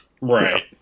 Right